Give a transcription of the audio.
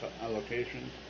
allocation